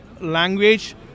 language